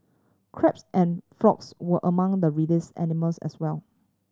crabs and frogs were among the released animals as well